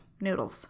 noodles